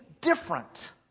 different